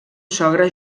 sogre